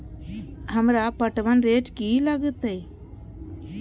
हमरा पटवन रेट की लागते?